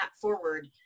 forward